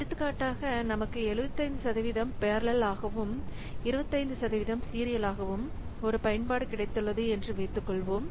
எடுத்துக்காட்டாக நமக்கு 75 சதவிகிதம் பெரலல்லாகவும் 25 சதவிகிதம் சீரியலாகவும் ஒரு பயன்பாடு கிடைத்துள்ளது என்று வைத்துக்கொள்வோம்